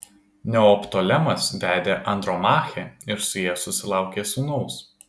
neoptolemas vedė andromachę ir su ja susilaukė sūnaus